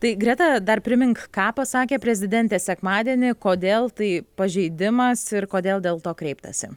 tai greta dar primink ką pasakė prezidentė sekmadienį kodėl tai pažeidimas ir kodėl dėl to kreiptasi